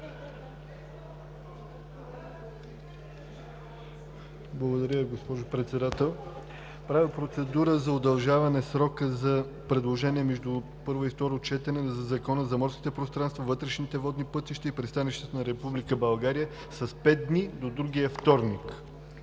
Благодаря Ви, госпожо Председател. Правя процедура за удължаване на срока за предложения между първо и второ четене по Закона за морските пространства, вътрешните водни пътища и пристанищата на Република България с пет дни – до другия вторник.